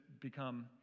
become